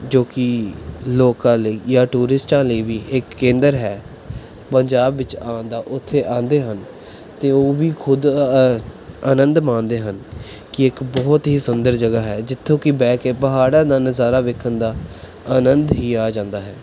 ਜੋ ਕਿ ਲੋਕਾਂ ਲਈ ਜਾਂ ਟੂਰਿਸਟਾਂ ਲਈ ਵੀ ਇੱਕ ਕੇਂਦਰ ਹੈ ਪੰਜਾਬ ਵਿੱਚ ਆਉਣ ਦਾ ਉੱਥੇ ਆਉਂਦੇ ਹਨ ਅਤੇ ਉਹ ਵੀ ਖੁਦ ਆਨੰਦ ਮਾਣਦੇ ਹਨ ਕਿ ਇੱਕ ਬਹੁਤ ਹੀ ਸੁੰਦਰ ਜਗ੍ਹਾ ਹੈ ਜਿੱਥੋਂ ਕਿ ਬਹਿ ਕੇ ਪਹਾੜਾਂ ਦਾ ਨਜ਼ਾਰਾ ਵੇਖਣ ਦਾ ਆਨੰਦ ਹੀ ਆ ਜਾਂਦਾ ਹੈ